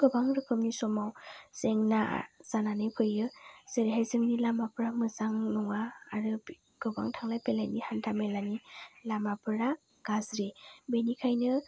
गोबां रोखोमनि समाव जेंना जानानै फैयो जेरैहाय जोंनि लामाफ्रा मोजां नङा आरो गोबां थांलाय फैलायनि हान्था मेलानि लामाफोरा गाज्रि बेनिखायनो